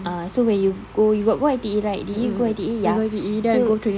ah so when you go you got go I_T_E right did you go I_T_E ya you go